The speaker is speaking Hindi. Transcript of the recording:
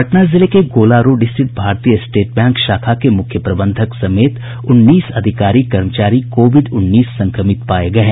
पटना जिले के गोला रोड स्थित भारतीय स्टेट बैंक शाखा के मुख्य प्रबंधक समेत उन्नीस अधिकारी कर्मचारी कोविड उन्नीस संक्रमित पाये गये हैं